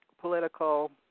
political